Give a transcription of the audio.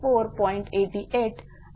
65 m